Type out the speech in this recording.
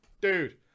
dude